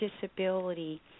disability